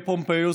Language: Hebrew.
פומפיוס